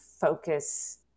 focus